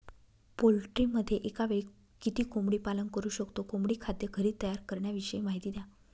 पोल्ट्रीमध्ये एकावेळी किती कोंबडी पालन करु शकतो? कोंबडी खाद्य घरी तयार करण्याविषयी माहिती द्या